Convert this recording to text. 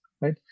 right